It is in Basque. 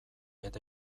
eta